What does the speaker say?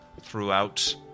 throughout